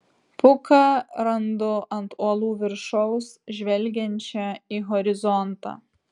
puką randu ant uolų viršaus žvelgiančią į horizontą